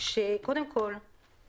קודם כול,